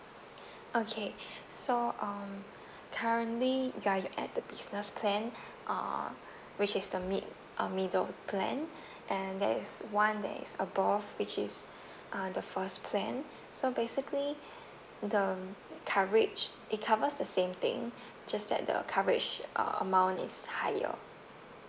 okay so um currently you are at the business plan uh which is the mi~ um middle plan and there's one that is above which is uh the first plan so basically the coverage it covers the same thing just that the coverage uh amount is higher